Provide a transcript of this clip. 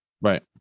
right